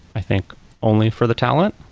i think only for the talent.